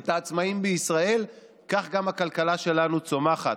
את העצמאים בישראל, כך גם הכלכלה שלנו צומחת.